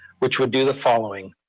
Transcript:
which would do the following,